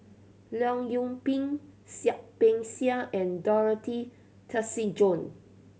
Leong Yoon Pin Seah Peck Seah and Dorothy Tessensohn